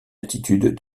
attitude